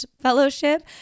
Fellowship